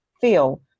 feel